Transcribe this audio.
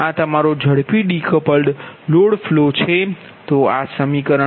તેથી આ તમારો ઝડપી ડીકપલ્ડ લોડ ફ્લો છે